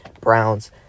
Browns